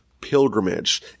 pilgrimage